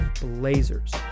Blazers